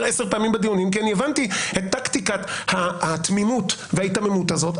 עשר פעמים בדיונים כי הבנתי את טקטיקת התמימות וההיתממות הזאת.